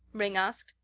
ringg asked.